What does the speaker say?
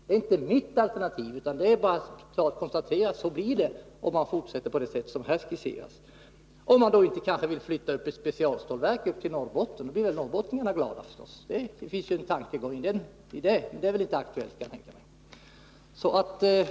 Det är inte mitt alternativ, det är bara att konstatera att så kommer det att bli, om man fortsätter på det sätt som här skisseras. Men man vill kanske flytta upp ett specialstålverk till Norrbotten. Då blir norrbottningarna glada. Där finns ju en tankegång, men den är väl inte aktuell ännu.